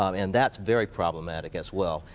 um and that's very problematic as well.